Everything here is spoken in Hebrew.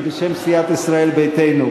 בשם סיעת ישראל ביתנו,